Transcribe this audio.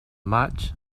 maig